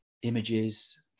Images